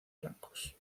blancos